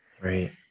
Right